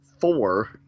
four